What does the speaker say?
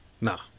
Nah